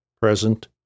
present